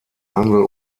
handel